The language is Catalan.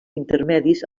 intermedis